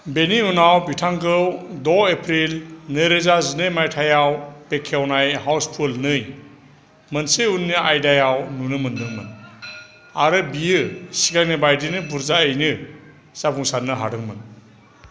बिनि उनाव बिथांखौ द' एप्रिल नैरोजा जिनै माइथयाव बेखेवनाय हाउसफुल नै मोनसे उननि आइदायाव नुनो मोनदोंमोन आरो बियो सिगांनि बायदिनो बुरजायैनो जाफुंसारनो हादोंमोन